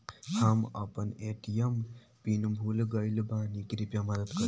हम अपन ATM PIN भूल गएल बानी, कृपया मदद करीं